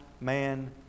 man